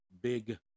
Big